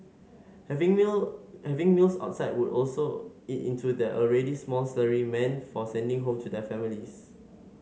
having meal having meals outside would also eat into their already small salary meant for sending home to their families